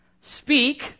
speak